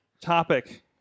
Topic